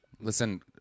Listen